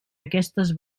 aquestes